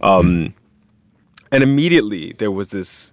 um and immediately, there was this